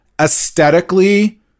aesthetically